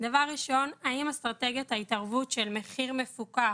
דבר ראשון האם אסטרטגיית ההתערבות של מחיר מפוקח,